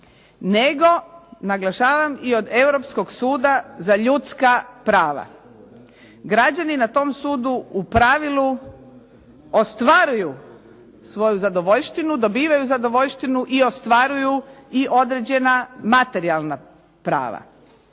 nego naglašavam i od Europskog suda za ljudska prava. Građani na tom sudu u pravilu ostvaruju svoju zadovoljštinu, dobivaju zadovoljštinu i ostvaruju i određena materijalna prava.